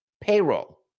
Payroll